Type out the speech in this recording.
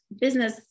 business